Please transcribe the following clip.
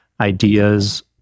ideas